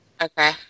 Okay